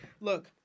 Look